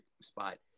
spot